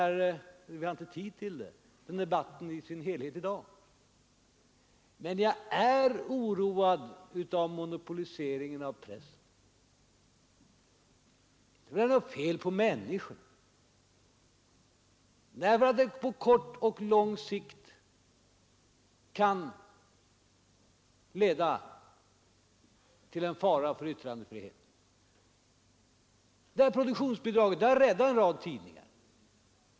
Jag är inte beredd att ta upp denna debatt i dess helhet i dag — vi har inte tid till det — men jag är oroad av monopoliseringen av pressen, utan att det behöver vara något fel på de enskilda människorna, därför att den på kort och lång sikt kan bli en fara för yttrandefriheten. Produktionsbidraget har räddat en rad tidningar.